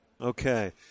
Okay